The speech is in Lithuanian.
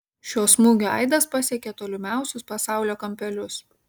šio smūgio aidas pasiekė tolimiausius pasaulio kampelius